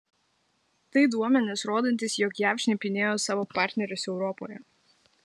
tai duomenys rodantys jog jav šnipinėjo savo partnerius europoje